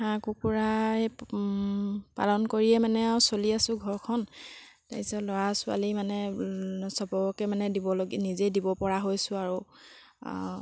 হাঁহ কুকুৰাই পালন কৰিয়ে মানে আৰু চলি আছোঁ ঘৰখন তাৰপিছত ল'ৰা ছোৱালী মানে চবকে মানে দিবলগীয়া নিজেই দিবপৰা হৈছোঁ আৰু